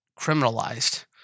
criminalized